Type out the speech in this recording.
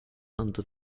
under